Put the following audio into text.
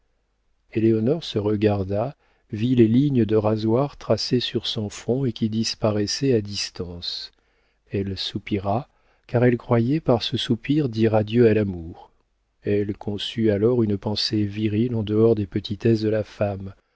éléonore se regarda vit les lignes de rasoir tracées sur son front et qui disparaissaient à distance elle soupira car elle croyait par ce soupir dire adieu à l'amour elle conçut alors une pensée virile en dehors des petitesses de la femme